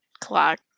clock